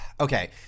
Okay